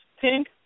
Pink